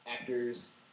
actors